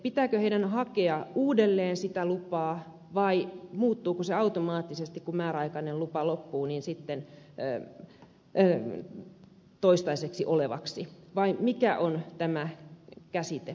pitääkö heidän hakea uudelleen sitä lupaa vai muuttuuko se automaattisesti kun määräaikainen lupa loppuu toistaiseksi voimassa olevaksi vai mikä on tämä käsittely